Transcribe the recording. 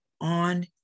on